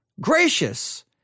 gracious